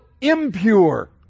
impure